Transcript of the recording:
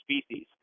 species